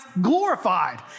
glorified